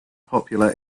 popular